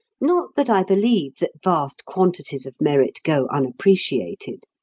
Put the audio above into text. not that i believe that vast quantities of merit go unappreciated.